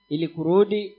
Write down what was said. Ilikurudi